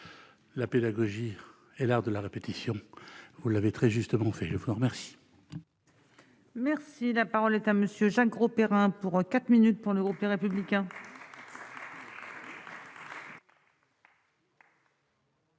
la pédagogie est l'art de la répétition, vous l'avez très justement fait je vous en remercie. Merci, la parole est à monsieur Jacques Grosperrin pour 4 minutes pour le groupe Les Républicains.